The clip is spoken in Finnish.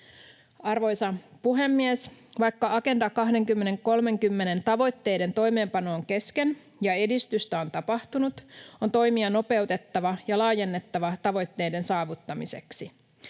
Arvoisa puhemies! Vaikka Agenda 2030:n tavoitteiden toimeenpano on kesken ja edistystä on tapahtunut, on toimia nopeutettava ja laajennettava tavoitteiden saavuttamiseksi.